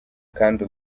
kandi